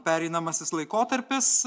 pereinamasis laikotarpis